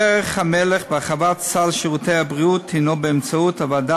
דרך המלך בהרחבת סל שירותי הבריאות היא באמצעות הוועדה